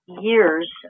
years